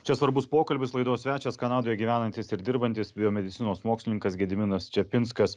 čia svarbus pokalbis laidos svečias kanadoje gyvenantis ir dirbantis biomedicinos mokslininkas gediminas čepinskas